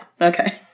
okay